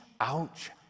ouch